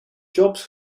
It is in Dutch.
jobs